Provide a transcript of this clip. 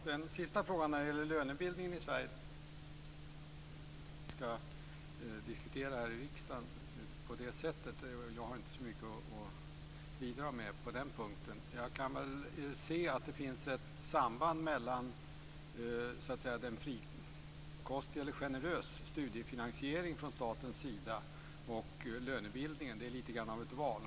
Herr talman! Frågan om lönebildningen kan vi lämna därhän från att diskutera i riksdagen. Jag har inte så mycket att bidra med på den punkten. Jag kan se att det finns ett samband mellan en generös studiefinansiering från statens sida och lönebildningen. Det är ett val.